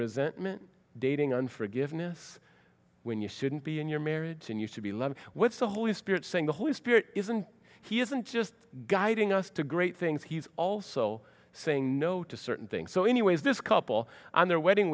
resentment dating and forgiveness when you shouldn't be in your marriage and used to be loved what's the holy spirit saying the holy spirit isn't he isn't just guiding us to great things he's also saying no to certain things so anyways this couple on their wedding